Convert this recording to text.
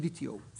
EDTO ;